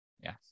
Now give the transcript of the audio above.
Yes